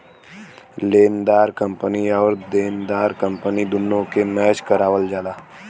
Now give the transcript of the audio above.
लेनेदार कंपनी आउर देनदार कंपनी दुन्नो के मैच करावल जाला